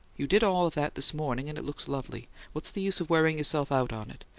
you did all that this morning and it looks lovely. what's the use of wearing yourself out on it?